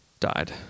died